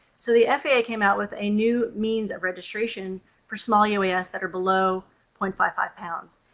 so the faa came out with a new means of registration for small uas that are below point five five pounds,